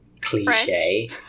cliche